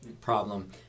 problem